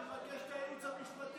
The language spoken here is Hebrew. אני מבקש את הייעוץ המשפטי,